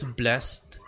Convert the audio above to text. blessed